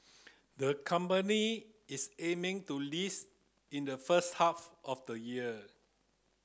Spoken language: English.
the company is aiming to list in the first half of the year